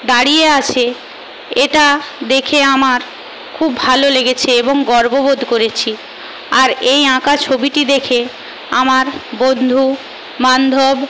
দাঁড়িয়ে আছে এটা দেখে আমার খুব ভালো লেগেছে এবং গর্ব বোধ করেছি আর এই আঁকা ছবিটি দেখে আমার বন্ধু বান্ধব